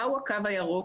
מהו הקו הירוק?